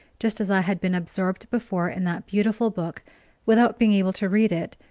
just as i had been absorbed before in that beautiful book without being able to read it,